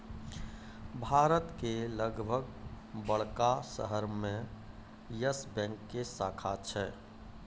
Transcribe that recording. भारत के लगभग बड़का शहरो मे यस बैंक के शाखा छै